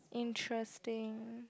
interesting